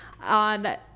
on